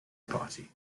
party